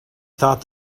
thought